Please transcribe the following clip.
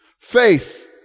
faith